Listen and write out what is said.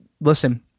Listen